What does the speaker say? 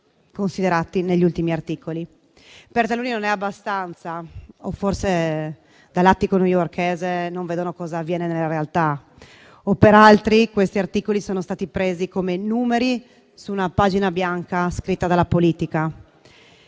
Per taluni non è abbastanza o forse dall'attico newyorkese non vedono cosa avviene nella realtà. Per altri, questi articoli sono stati presi come numeri su una pagina bianca scritta dalla politica.